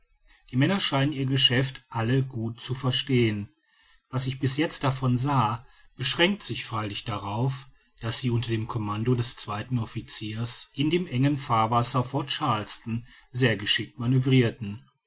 die männer scheinen ihr geschäft alle gut zu verstehen was ich bis jetzt davon sah beschränkt sich freilich darauf daß sie unter dem commando des zweiten officiers in dem engen fahrwasser vor charleston sehr geschickt manoeuvrirten